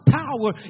power